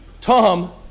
Tom